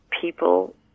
people